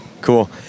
cool